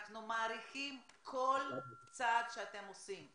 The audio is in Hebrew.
אנחנו מעריכים כל צעד שאתם עושים,